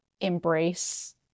embrace